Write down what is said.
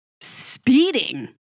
speeding